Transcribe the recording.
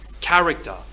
character